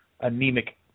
anemic